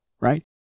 right